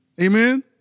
Amen